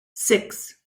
six